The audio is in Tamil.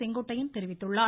செங்கோட்டையன் தெரிவித்துள்ளார்